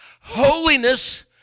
holiness